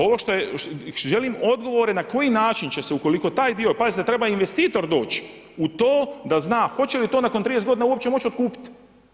Ovo što je, želim odgovore na koji način će se ukoliko taj dio, pazite, treba investitor doći u to, da zna, hoće li to nakon 30 g. uopće moći kupiti.